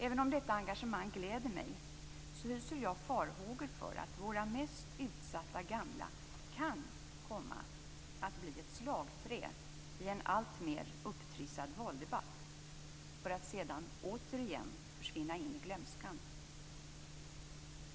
Även om detta engagemang gläder mig hyser jag farhågor för att våra mest utsatta gamla kan komma att bli ett slagträ i en alltmer upptrissad valdebatt för att sedan återigen försvinna in i glömskan.